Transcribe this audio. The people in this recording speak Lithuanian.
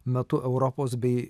metu europos bei